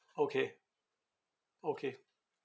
okay okay